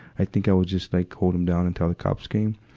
i think i would just like hold them down until the cops came.